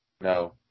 No